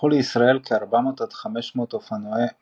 הוברחו לישראל כ-400 עד 500 אופנועי מוטוקרוס.